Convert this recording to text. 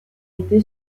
été